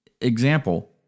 Example